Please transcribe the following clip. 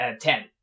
Ten